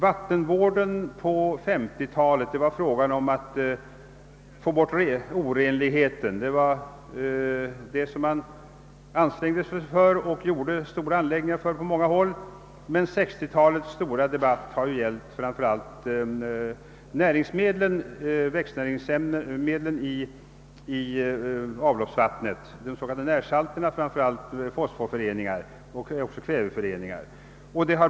Vattenvården på 1950-talet gick ut på att få bort orenligheten — det var detta man ansträngde sig för, och stora anläggningar uppfördes på många håll. Men 1960-talets debatt har ju gällt framför allt växtnäringsmedlen i avloppsvattnet, de s.k. närsalterna och då framför allt fosforföreningar och kväveföreningar.